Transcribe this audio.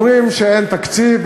אומרים שאין תקציב,